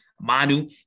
Manu